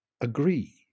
agree